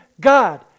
God